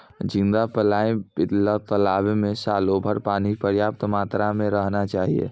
झींगा पालय ल तालाबो में सालोभर पानी पर्याप्त मात्रा में रहना चाहियो